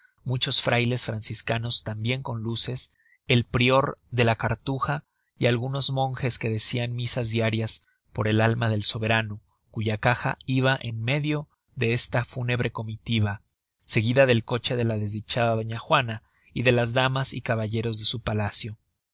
muchos frailes franciscanos tambien con luces el prior de la cartuja y algunos monges que decian misas diarias por el alma del soberano cuya caja iba en medio de esta fúnebre comitiva seguida del coche de la desdichada doña juana y de las damas y caballeros de su palacio